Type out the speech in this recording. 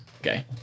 Okay